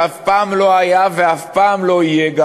שאף פעם לא היה וגם אף פעם לא יהיה,